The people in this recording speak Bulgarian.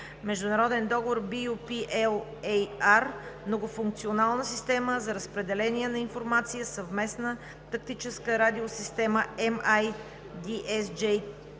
международен договор (LOA) BU-P-LAR „Многофункционална система за разпределение на информация – Съвместна тактическа радиосистема (MIDS